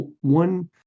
one